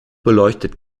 beleuchtet